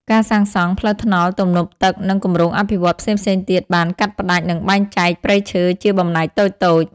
ការសាងសង់ ផ្លូវថ្នល់ ទំនប់ទឹក និងគម្រោងអភិវឌ្ឍន៍ផ្សេងៗទៀតបាន កាត់ផ្តាច់ និងបែងចែកព្រៃឈើជាបំណែកតូចៗ។